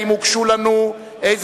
האם הוגשו לנו איזשהן,